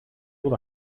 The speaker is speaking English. able